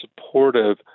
supportive